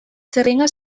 txirringa